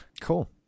Cool